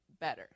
better